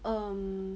um